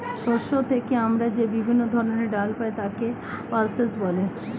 শস্য থেকে আমরা যে বিভিন্ন ধরনের ডাল পাই তাকে পালসেস বলে